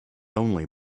only